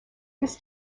this